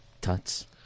Tuts